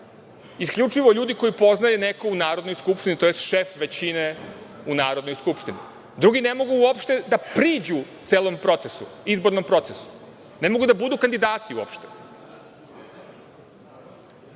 Isključivo ljudi koje poznaje neko u Narodnoj skupštini, tj. šef većine u Narodnoj skupštini. Drugi ne mogu uopšte da priđu celom procesu, izbornom procesu. Ne mogu da budu uopšte